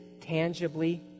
tangibly